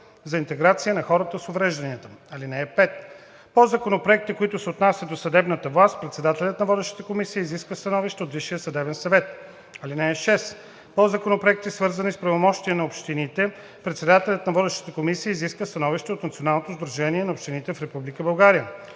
(5) По законопроекти, които се отнасят до съдебната власт, председателят на водещата комисия изисква становище от Висшия съдебен съвет. (6) По законопроекти, свързани с правомощия на общините, председателят на водещата комисия изисква становище от Националното сдружение на общините в Република България.